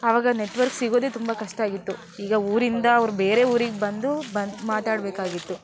ಆವಾಗ ನೆಟ್ವರ್ಕ್ ಸಿಗೋದೆ ತುಂಬ ಕಷ್ಟ ಆಗಿತ್ತು ಈಗ ಊರಿಂದ ಅವ್ರು ಬೇರೆ ಊರಿಗೆ ಬಂದು ಬ ಮಾತಾಡಬೇಕಾಗಿತ್ತು